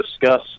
discuss